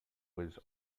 was